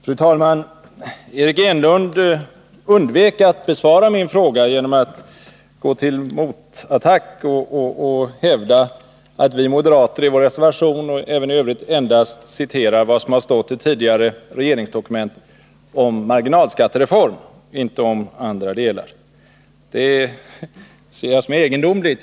Fru talman! Eric Enlund undvek att besvara min fråga genom att gå till motattack och hävda att vi moderater i vår reservation och även i övrigt endast citerar vad som har stått i tidigare regeringsdokument om marginalskattereform, inte om andra delar. Det ser jag som egendomligt.